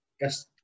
Yes